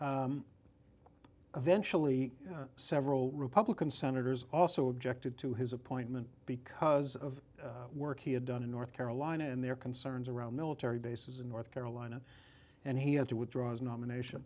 eventually several republican senators also objected to his appointment because of work he had done in north carolina and their concerns around military bases in north carolina and he had to withdraw his nomination